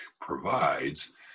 provides